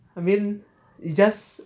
I mean it's just